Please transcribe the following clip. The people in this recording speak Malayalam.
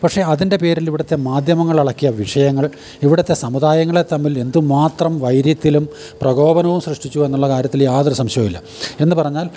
പക്ഷേ അതിൻ്റെ പേരിൽ ഇവിടത്തെ മാധ്യമങ്ങളെളക്കിയ വിഷയങ്ങൾ ഇവിടത്തെ സമുദായങ്ങളെ തമ്മിൽ എന്തുമാത്രം വൈര്യത്തിലും പ്രകോപനവും സൃഷ്ടിച്ചു എന്നുള്ള കാര്യത്തിൽ യാതൊരു സംശയവും ഇല്ല എന്ന് പറഞ്ഞാൽ